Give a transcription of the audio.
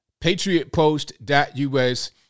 patriotpost.us